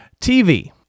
TV